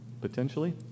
potentially